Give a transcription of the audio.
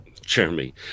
Jeremy